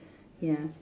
ya